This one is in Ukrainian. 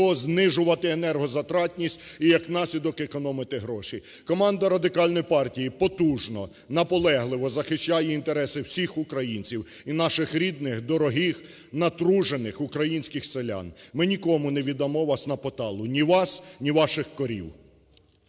знижувати енергозатратність, і як наслідок, економити гроші. Команда Радикальної партії потужно, наполегливо захищає інтереси всіх українців і наших рідних, дорогих, натруджених українських селян. Ми нікому не віддамо вас на-поталу, ні вас, ні ваших корів.